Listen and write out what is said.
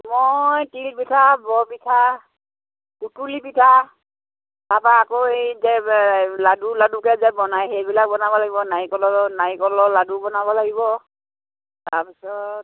মই তিলপিঠা বৰপিঠা সুতুলি পিঠা তাৰপৰা আকৌ হেৰি যে লাডু লাডুকৈ যে বনায় সেইবিলাক বনাব লাগিব নাৰিকল নাৰিকলৰ লাডু বনাব লাগিব তাৰপাছত